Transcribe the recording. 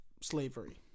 slavery